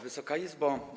Wysoka Izbo!